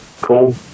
Cool